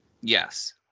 Yes